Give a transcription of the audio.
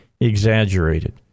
exaggerated